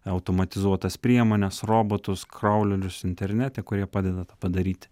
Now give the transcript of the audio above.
automatizuotas priemones robotus kraulerius internete kurie padeda tą padaryti